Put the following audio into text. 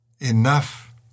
enough